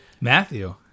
Matthew